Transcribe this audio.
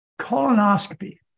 colonoscopy